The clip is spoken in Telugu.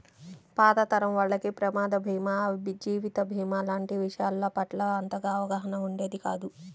పాత తరం వాళ్లకి ప్రమాద భీమా, జీవిత భీమా లాంటి విషయాల పట్ల అంతగా అవగాహన ఉండేది కాదు